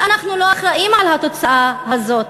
אנחנו לא אחראים לתוצאה הזאת.